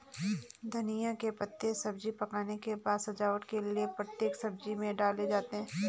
धनिया के पत्ते सब्जी पकने के बाद सजावट के लिए प्रत्येक सब्जी में डाले जाते हैं